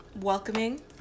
welcoming